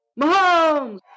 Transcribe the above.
Mahomes